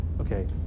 okay